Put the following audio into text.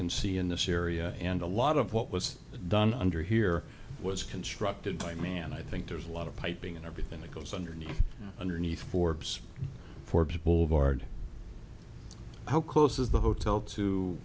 can see in this area and a lot of what was done under here was constructed by man i think there's a lot of piping and everything that goes underneath underneath forbes for people of ard how close is the hotel to